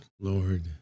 Lord